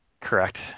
Correct